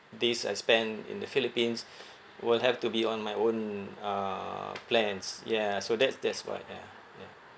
days I spend in the philippines will have to be on my own uh plans ya so that's that's why ya ya